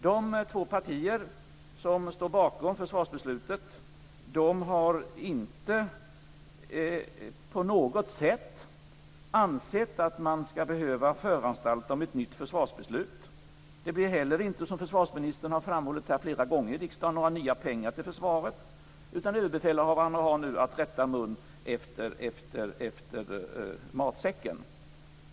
De två partier som står bakom försvarsbeslutet har inte på något sätt ansett att man skall behöva föranstalta om ett nytt försvarsbeslut. Det blir heller inte, som försvarsministern har framhållit flera gånger här i riksdagen, några nya pengar till försvaret. Överbefälhavaren har nu att rätta munnen efter matsäcken.